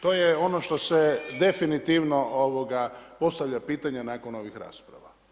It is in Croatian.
To je ono što se definitivno postavlja pitanje nakon ovih rasprava.